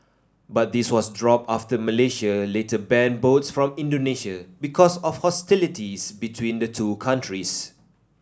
but this was dropped after Malaysia later banned boats from Indonesia because of hostilities between the two countries